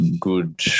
good